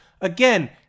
Again